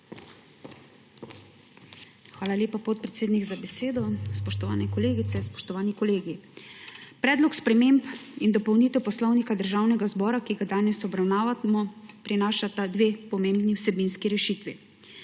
Hvala lepa, podpredsednik, za besedo. Spoštovane kolegice, spoštovani kolegi! Predlog sprememb in dopolnitev Poslovnika državnega zbora, ki ga danes obravnavamo, prinaša dve pomembni vsebinski rešitvi.